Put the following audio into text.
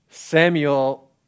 Samuel